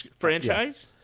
franchise